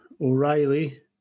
O'Reilly